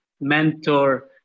mentor